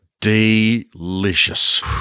Delicious